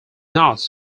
not